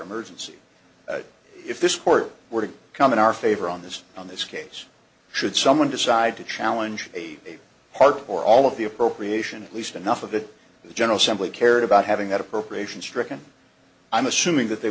emergency if this court were to come in our favor on this on this case should someone decide to challenge a part or all of the appropriation at least enough of it the general simply cared about having that appropriation stricken i'm assuming that they